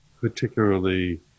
Particularly